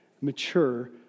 mature